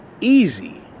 easy